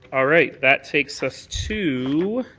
all right. that takes us to